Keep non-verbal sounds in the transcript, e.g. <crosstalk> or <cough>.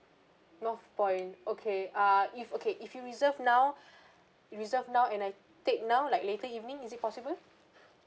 north point okay ah if okay if you reserve now <breath> you reserve now and I take now like later evening is it possible